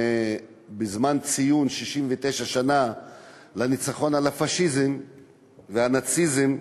בזמן ציון 69 שנה לניצחון על הפאשיזם והנאציזם,